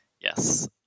Yes